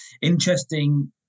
interesting